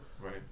Right